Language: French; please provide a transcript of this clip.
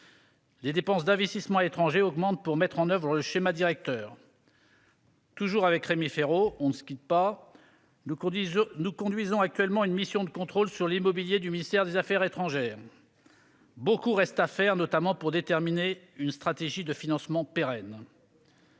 Les dépenses d'investissement à l'étranger augmentent pour mettre en oeuvre le schéma directeur. Avec Rémi Féraud, nous conduisons actuellement une mission de contrôle sur l'immobilier du ministère des affaires étrangères. Beaucoup reste à faire, notamment pour déterminer une stratégie de financement pérenne.